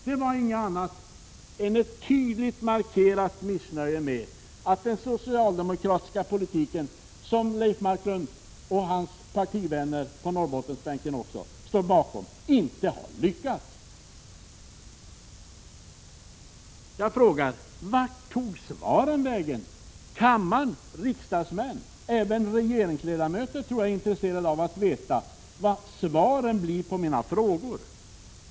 Det var inget annat än ett tydligt markerat missnöje med att den socialdemokratiska politiken, som Leif Marklund och hans partivänner på Norrbottensbänken står bakom, inte har lyckats. Jag frågar: Vart tog svaren vägen? Kammare, riksdagsmän, även regeringsledamöter tror jag är intresserade av att få veta vad svaren blir på mina frågor.